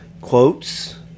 quotes